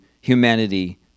humanity